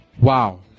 Wow